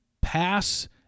pass